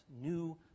new